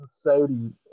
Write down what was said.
Saudi